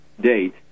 date